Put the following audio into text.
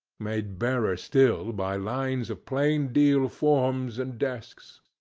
made barer still by lines of plain deal forms and desks.